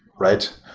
right?